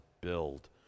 build